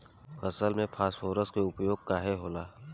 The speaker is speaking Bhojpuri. फसल में फास्फोरस के उपयोग काहे होला?